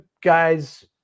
guys